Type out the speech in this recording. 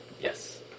yes